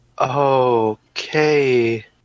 Okay